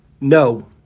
No